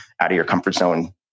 out-of-your-comfort-zone